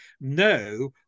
no